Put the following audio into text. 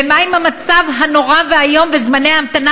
ומה עם המצב הנורא והאיום וזמני ההמתנה